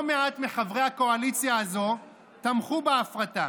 לא מעט מחברי הקואליציה הזו תמכו בהפרטה,